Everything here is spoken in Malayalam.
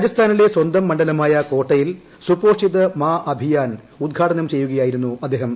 രാജസ്ഥാനിലെ സ്വന്തം മണ്ഡലമായ കോട്ടയിൽ സുപോഷിത് മാ അഭിയാൻ ഉദ്ഘാടനം ചെയ്യുകയായിരുന്നു അദ്ദേഹം